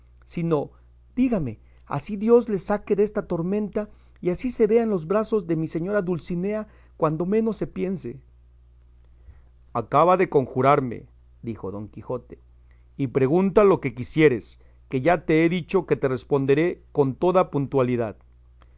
no dígame así dios le saque desta tormenta y así se vea en los brazos de mi señora dulcinea cuando menos se piense acaba de conjurarme dijo don quijote y pregunta lo que quisieres que ya te he dicho que te responderé con toda puntualidad